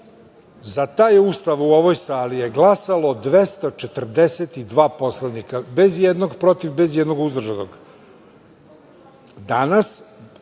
Za taj Ustav u ovoj sali je glasalo 242 poslanika bez ijednog protiv, bez ijednog uzdržanog. Danas